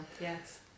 yes